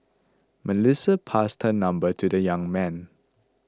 Melissa passed her number to the young man